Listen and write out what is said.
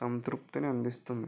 సంతృప్తిని అందిస్తుంది